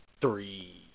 three